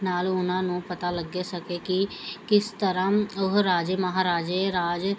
ਨਾਲ ਉਨ੍ਹਾਂ ਨੂੰ ਪਤਾ ਲੱਗ ਸਕੇ ਕਿ ਕਿਸ ਤਰ੍ਹਾਂ ਉਹ ਰਾਜੇ ਮਹਾਰਾਜੇ ਰਾਜ